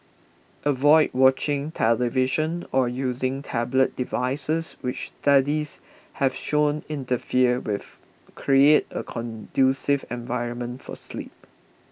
avoid watching television or using tablet devices which studies have shown interfere with create a conducive environment for sleep